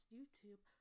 YouTube